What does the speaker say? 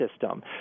system